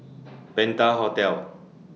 Penta Hotel